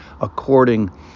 according